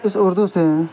اس اردو سے